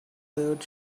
third